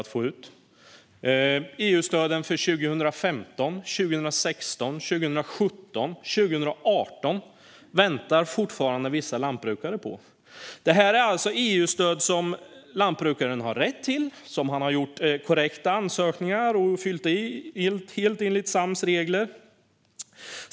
Vissa lantbrukare väntar fortfarande på EU-stöden för 2015, 2016, 2017 och 2018. Detta är alltså EU-stöd som lantbrukaren har rätt till och har gjort korrekta ansökningar om, som fyllts i helt enligt SAM:s regler.